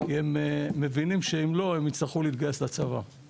כי הם מבינים שאם לא הם יצטרכו להתגייס לצבא.